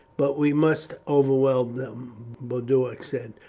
but we must overwhelm them, boduoc said.